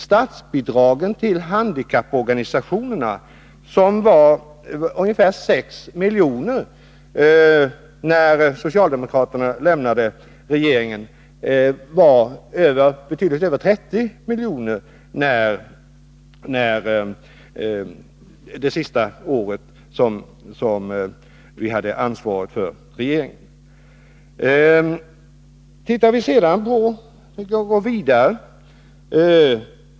Statsbidragen till handikapporganisationerna, som var ungefär 6 miljoner när socialdemokraterna lämnade regeringen, var betydligt över 30 miljoner det sista året vi hade ansvaret för regeringen.